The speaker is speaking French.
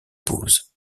pause